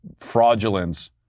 fraudulence